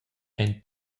ein